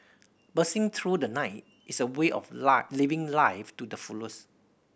bursting through the night is a way of living life to the